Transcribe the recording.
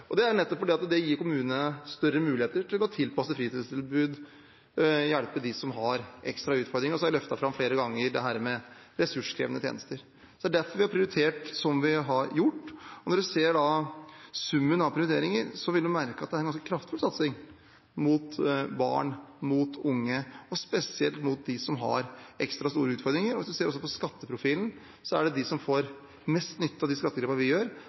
Det er nettopp fordi det gir kommunene større muligheter til å tilpasse fritidstilbud, hjelpe dem som har ekstra utfordringer. Og så har jeg flere ganger løftet fram ressurskrevende tjenester. Det er derfor vi har prioritert som vi har gjort. Når man ser summen av prioriteringer, vil man merke at det er en ganske kraftfull satsing mot barn og unge, og spesielt mot dem som har ekstra store utfordringer. Hvis man også ser på skatteprofilen, er de som får mest nytte av skattereformene vi gjør,